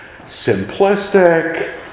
simplistic